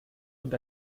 und